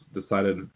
decided